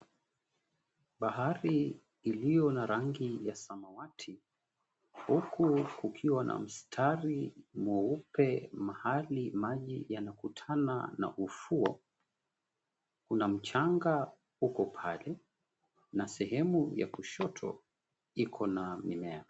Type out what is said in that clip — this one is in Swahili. Bahari iliyo na rangi ya samawati huku kukiwa na mstari mweupe mahali maji yanakutana na ufuo. Kuna mchanga uko pale na sehemu ya kushoto iko na mimea.